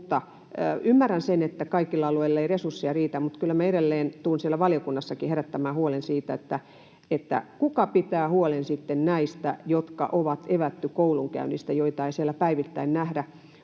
Mutta ymmärrän sen, että kaikilla alueilla ei resursseja riitä. Mutta kyllä minä edelleen tulen siellä valiokunnassakin herättämään huolen siitä, kuka pitää huolen sitten näistä, joilta on evätty koulunkäynti ja joita ei siellä päivittäin nähdä.